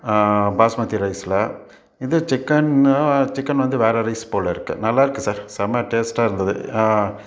ஆ ஆ பாஸ்மதி ரைஸில் இது சிக்கனில் சிக்கன் வந்து வேறு ரைஸ் போலேருக்கு நல்லாயிருக்கு சார் செம்மை டேஸ்ட்டாக இருந்தது ஆ